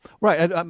Right